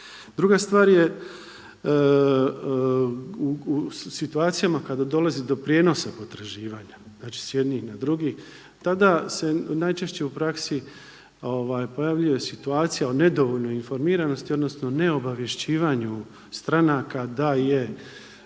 Druga stvar je u situacijama kada dolazi do prijenosa potraživanja, znači s jednih na druge, tada se najčešće u praksi pojavljuje situacija o nedovoljno informiranosti odnosno neobavješćivanju stranaka da je